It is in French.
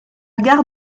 gare